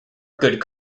good